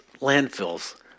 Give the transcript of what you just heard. Landfills